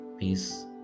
Peace